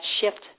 shift